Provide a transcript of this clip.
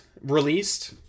released